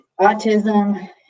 autism